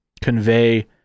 convey